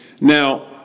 Now